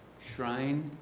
shrine.